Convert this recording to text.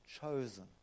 chosen